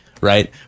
right